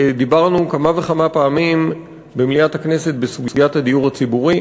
דיברנו כמה וכמה פעמים במליאת הכנסת בסוגיית הדיור הציבורי,